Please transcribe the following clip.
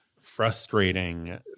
frustrating